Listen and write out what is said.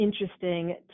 interesting